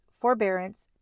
forbearance